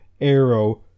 arrow